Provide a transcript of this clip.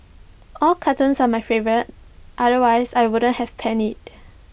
all cartoons are my favourite otherwise I wouldn't have penned IT